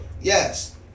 yes